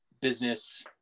business